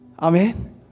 Amen